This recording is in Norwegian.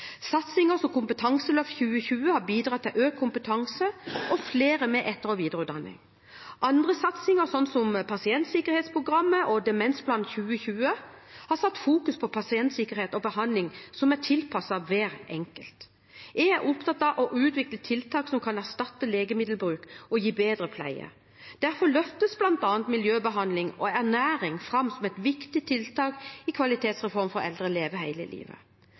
Satsinger som Kompetanseløft 2020 har bidratt til økt kompetanse og til å få flere med etter- og videreutdanning. Andre satsinger, som Pasientsikkerhetsprogrammet og Demensplan 2020, har satt fokus på pasientsikkerhet og behandling som er tilpasset hver enkelt. Jeg er opptatt av å utvikle tiltak som kan erstatte legemiddelbruk og gi bedre pleie. Derfor løftes bl.a. miljøbehandling og ernæring fram som viktige tiltak i kvalitetsreformen for eldre, Leve hele livet.